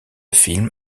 film